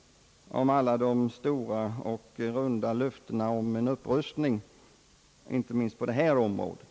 — alla de stora och rundhänta löftena om en upprustning inte minst på detta område.